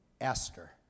Esther